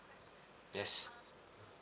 yes